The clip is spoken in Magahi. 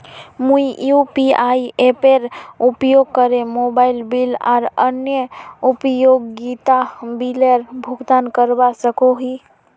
मुई यू.पी.आई एपेर उपयोग करे मोबाइल बिल आर अन्य उपयोगिता बिलेर भुगतान करवा सको ही